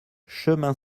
chemin